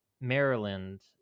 Maryland